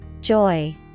Joy